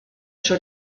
tro